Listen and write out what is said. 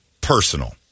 personal